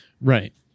Right